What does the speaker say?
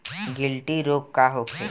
गिलटी रोग का होखे?